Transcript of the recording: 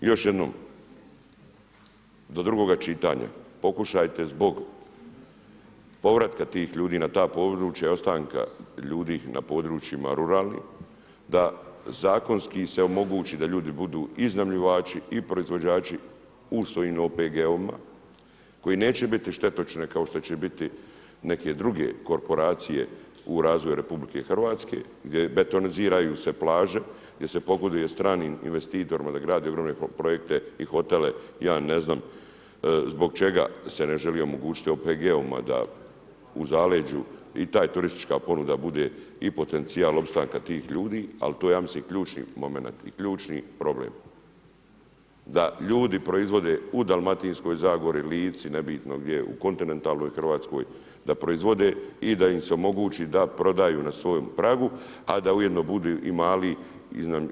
Još jednom, do drugoga čitanja pokušajte zbog povratka tih ljudi na ta područja i ostanka ljudi na područjima ruralnim, da zakonski se omogući da ljudi budu iznajmljivači i proizvođači u svojim OPG-ovima koji neće biti štetočine kao što će biti neke druge korporacije u razvoju RH gdje betoniziraju se plaže, gdje se pogoduje stranim investitorima da grade ogromne projekte i hotele, ja ne znam zbog čega se ne želi omogućiti OPG-ovima da u zaleđu i ta turistička ponuda bude i potencijal opstanka tih ljudi, ali to je ja mislim ključni momenat i ključni problem, da ljudi proizvode u dalmatinskoj zagori, Lici, nebitno gdje, u kontinentalnoj Hrvatskoj da proizvode i da im se omogući da prodaju na svojem pragu, a da ujedno budu i mali